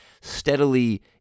steadily